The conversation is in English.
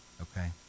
okay